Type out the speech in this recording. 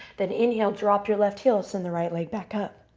then inhale. drop your left heel. send the right leg back up.